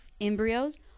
embryos